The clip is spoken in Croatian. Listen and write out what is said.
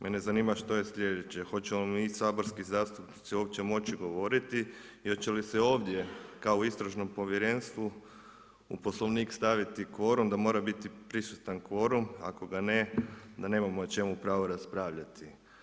Mene zanima što je slijedeće, hoćemo li mi saborski zastupnici uopće moći govoriti, i hoće li se ovdje, kao u istražnom povjerenstvu u poslovnik staviti kvorum, da mora biti prisutan kvorum, ako ga ne, da nemamo o čemu pravo raspravljati.